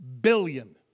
billion